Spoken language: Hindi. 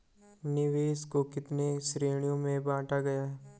निवेश को कितने श्रेणियों में बांटा गया है?